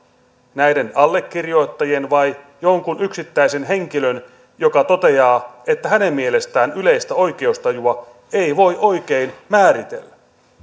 näiden allekirjoittajien vai jonkun yksittäisen henkilön joka toteaa että hänen mielestään yleistä oikeustajua ei voi oikein määritellä